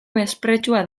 mespretxua